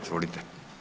Izvolite.